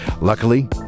Luckily